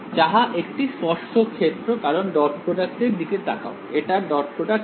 যাহা একটি স্পর্শক ক্ষেত্র কারণ ডট প্রোডাক্টের দিকে তাকাও এটার ডট প্রোডাক্ট কি